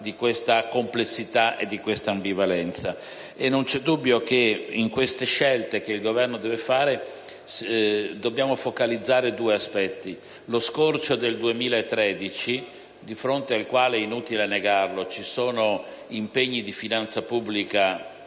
di questa complessità ed ambivalenza. Non c'è dubbio che nelle scelte che il Governo deve fare dobbiamo focalizzare due aspetti. In primo luogo, lo scorcio del 2013 di fronte al quale - è inutile negarlo - ci sono impegni di finanza pubblica